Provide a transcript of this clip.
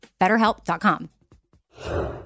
BetterHelp.com